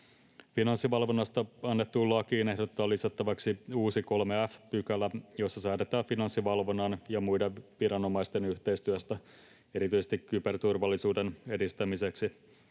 Finanssivalvonnasta annettuun lakiin ehdotetaan lisättäväksi uusi 3 f §, jossa säädetään Finanssivalvonnan ja muiden viranomaisten yhteistyöstä erityisesti kyberturvallisuuden edistämiseksi.